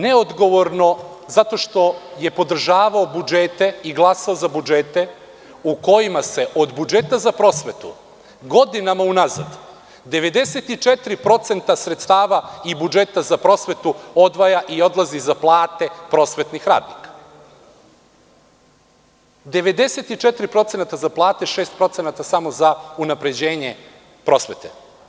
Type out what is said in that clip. Neodgovorno je zato što je podržavao budžete i glasao za budžete u kojima se od budžeta za prosvetu godinama unazad 94% sredstava iz budžeta za prosvetu odvaja i odlazi za plate prosvetnih radnika, a samo 6% za unapređenje prosvete.